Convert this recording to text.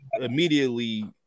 immediately